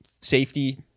safety